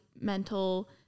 mental